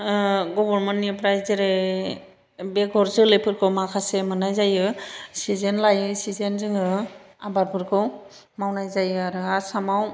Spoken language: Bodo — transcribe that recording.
गभर्नमेन्टनिफ्राय जेरै बेगर जोलैफोरखौ माखासे मोननाय जायो सिजेन लायै सिजेन जोङो आबादफोरखौ मावनाय जायो आरो आसामाव